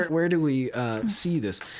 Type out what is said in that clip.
where do we see this?